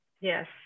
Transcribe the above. Yes